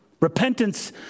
Repentance